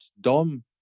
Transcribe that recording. DOM